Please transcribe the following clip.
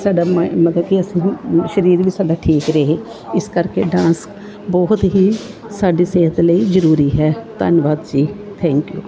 ਸਾਡਾ ਮਾਇੰ ਮਤਲਬ ਕਿ ਅਸੀਂ ਹੁਣ ਸਰੀਰ ਵੀ ਸਾਡਾ ਠੀਕ ਰਹੇ ਇਸ ਕਰਕੇ ਡਾਂਸ ਬਹੁਤ ਹੀ ਸਾਡੀ ਸਿਹਤ ਲਈ ਜ਼ਰੂਰੀ ਹੈ ਧੰਨਵਾਦ ਜੀ ਥੈਂਕ ਯੂ